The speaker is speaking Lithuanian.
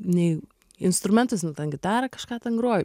nei instrumentais nu ten gitara kažką ten groju